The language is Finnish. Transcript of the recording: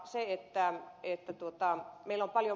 meillä on paljon muutakin meneillänsä